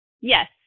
Yes